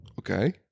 Okay